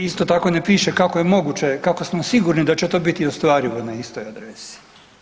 I isto tako ne piše kako je moguće, kako smo sigurni da će to biti ostvarivo na istoj adresi.